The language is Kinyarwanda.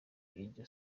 iryo